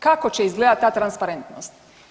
Kako će izgledati ta transparentnost?